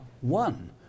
one